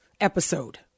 episode